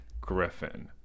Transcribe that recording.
griffin